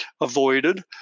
avoided